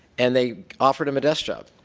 and they offered him a desk job.